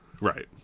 Right